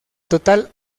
total